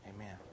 Amen